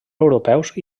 europeus